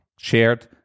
shared